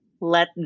let